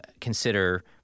consider